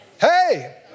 Hey